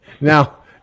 now